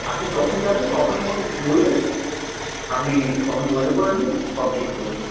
আপনি যখন যাবেন তখনই আমাকে বলবেন আপনি তখন যোগাযোগ করে নেবেন সব ঠিক করে দেব